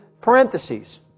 parentheses